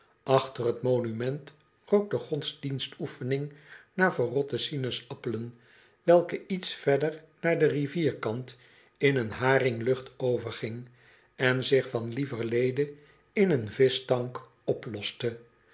achter t monument rook de godsdienstoefening naar verrotte sinaasappelen welke iets verder naar don rivierkant in een haringlucht overging en zich van lieverlede in een vischstank oploste